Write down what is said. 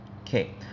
Okay